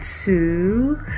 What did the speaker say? two